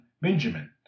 Benjamin